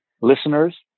listeners